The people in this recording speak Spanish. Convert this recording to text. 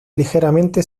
ligeramente